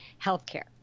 healthcare